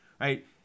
right